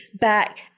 back